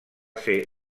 ser